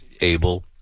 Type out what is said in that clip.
able